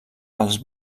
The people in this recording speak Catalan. els